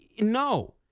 No